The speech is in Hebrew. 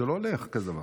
זה לא הולך כזה דבר.